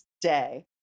day